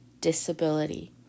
disability